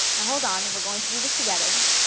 and hold on, we're going to do this together.